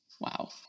Wow